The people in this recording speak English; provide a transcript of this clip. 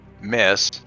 miss